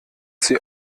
sie